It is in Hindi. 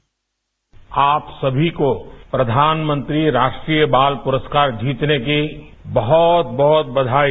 बाइट आप सभी को प्रधानमंत्री राष्ट्रीय बाल पुरस्कार जीतने की बहुत बहुत बधाई